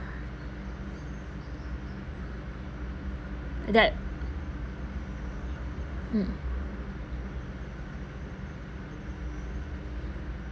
that mm